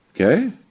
Okay